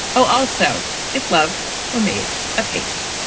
also if love were made of hate.